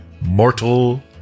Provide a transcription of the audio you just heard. mortal